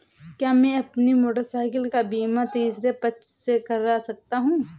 क्या मैं अपनी मोटरसाइकिल का बीमा तीसरे पक्ष से करा सकता हूँ?